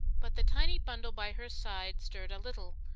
but the tiny bundle by her side stirred a little,